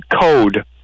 code